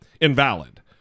invalid